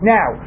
Now